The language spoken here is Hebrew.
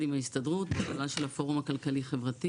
עם ההסתדרות --- של הפורום הכלכלי חברתי.